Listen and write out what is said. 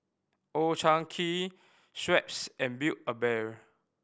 Old Chang Kee Schweppes and Build A Bear